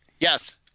Yes